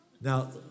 Now